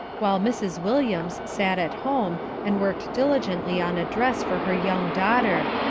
while mrs. williams sat at home, and worked diligently on a dress for her young daughter,